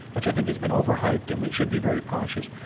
which i think has been over-hyped and we should be very cautious.